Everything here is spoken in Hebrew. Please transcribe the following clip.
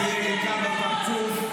-- זה פרס ללא נושאים בנטל.